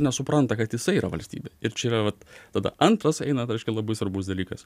nesupranta kad jisai yra valstybė ir čia yra vat tada antras eina tai reiškia labai svarbus dalykas